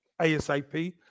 ASAP